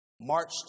marched